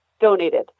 donated